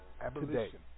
Abolition